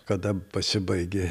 kada pasibaigė